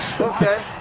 Okay